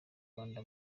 rwanda